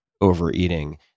overeating